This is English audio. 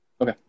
Okay